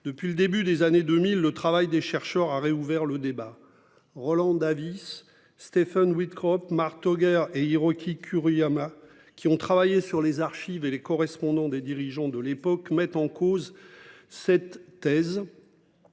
depuis le début des années 2000, le travail des chercheurs a réouvert le débat Roland Davies Stéphane Crop marteau guerre et Hiroki Kuriyama qui ont travaillé sur les archives et les correspondants des dirigeants de l'époque mettent en cause cette thèse.